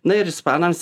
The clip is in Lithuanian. na ir ispanams